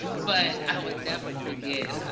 but i would never forget.